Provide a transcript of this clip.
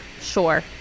sure